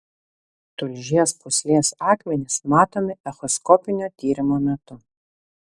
tulžies pūslės akmenys matomi echoskopinio tyrimo metu